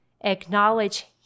Acknowledge